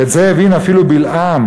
ואת זה הבין אפילו בלעם,